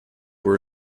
were